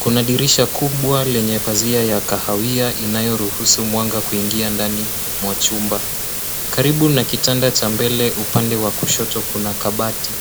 Kuna dirisha kubwa lenye pazia ya kahawia inayoruhusu mwanga kuingia ndani mwa chumba. Karibu na kitanda cha mbele upande wa kushoto kuna kabati.